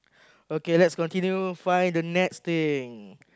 okay let's continue find the next thing